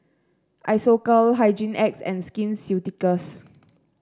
Isocal Hygin X and Skin Ceuticals